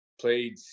played